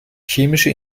chemische